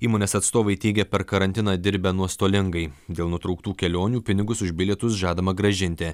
įmonės atstovai teigia per karantiną dirbę nuostolingai dėl nutrauktų kelionių pinigus už bilietus žadama grąžinti